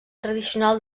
tradicional